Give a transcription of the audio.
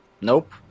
nope